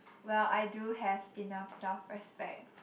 well I do have enough self respect